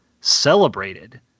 celebrated